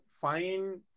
find